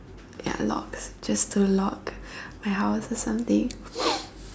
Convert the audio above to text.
ya locks just to lock my house or something